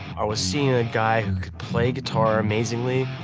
i was seeing a guy who could play guitar amazingly,